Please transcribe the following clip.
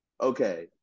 okay